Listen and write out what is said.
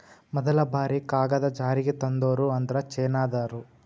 ಮದಲ ಬಾರಿ ಕಾಗದಾ ಜಾರಿಗೆ ತಂದೋರ ಅಂದ್ರ ಚೇನಾದಾರ